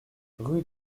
rue